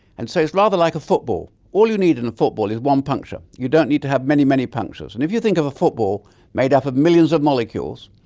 and so it's rather like a football. all you need in and a football is one puncture. you don't need to have many, many punctures. and if you think of a football made up of millions of molecules,